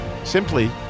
Simply